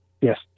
yes